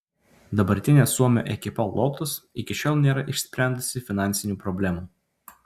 dabartinė suomio ekipa lotus iki šiol nėra išsprendusi finansinių problemų